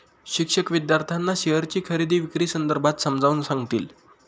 शिक्षक विद्यार्थ्यांना शेअरची खरेदी विक्री संदर्भात समजावून सांगतील